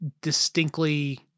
distinctly